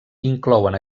inclouen